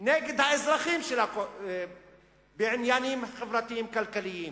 נגד האזרחים שלה בעניינים חברתיים-כלכליים,